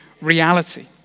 reality